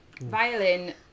Violin